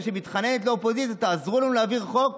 שמתחננת לאופוזיציה: תעזרו לנו להעביר חוק.